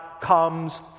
comes